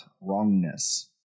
wrongness